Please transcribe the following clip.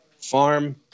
Farm